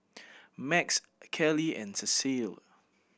Max Kaley and Cecile